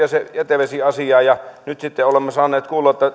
jätevesiasiaa ja nyt sitten olemme saaneet kuulla että